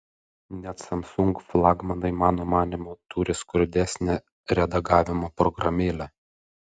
net samsung flagmanai mano manymu turi skurdesnę redagavimo programėlę